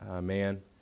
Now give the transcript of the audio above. man